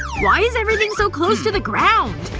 why is everything so close to the ground?